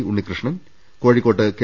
Unnikrishnan Kozhikode K